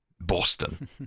Boston